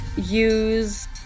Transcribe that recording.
use